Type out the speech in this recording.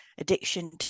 Addiction